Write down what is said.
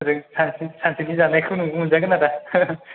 ओरै सानसे सानसेनि जानायखौ नोंबो मोनजागोन आदा